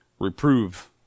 Reprove